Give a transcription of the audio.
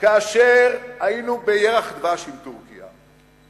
כאשר היינו בירח דבש עם טורקיה.